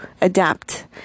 adapt